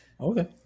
Okay